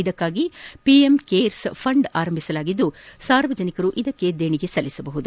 ಇದಕ್ಕಾಗಿ PM cares fund ಆರಂಭಿಸಿದ್ದು ಸಾರ್ವಜನಿಕರು ದೇಣಿಗೆ ಸಲ್ಲಿಸಬಹುದು